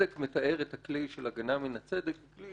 בצדק מתאר את הכלי של הגנה מן הצדק, כלי